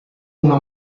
una